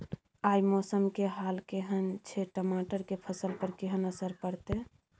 आय मौसम के हाल केहन छै टमाटर के फसल पर केहन असर परतै?